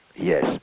Yes